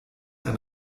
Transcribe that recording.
ein